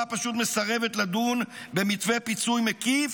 פשוט מסרבת לדון במתווה פיצוי מקיף,